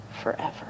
forever